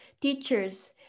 teachers